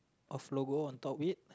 of logo on top it